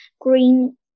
green